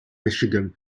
michigan